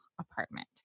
apartment